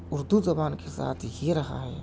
اردو زبان کے ساتھ ہی رہا ہے